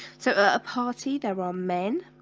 so a party there are ah men